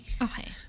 Okay